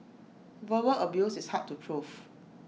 verbal abuse is hard to proof